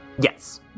Yes